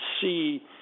see